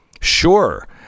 Sure